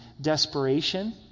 desperation